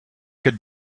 could